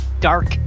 dark